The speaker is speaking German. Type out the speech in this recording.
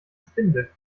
spindel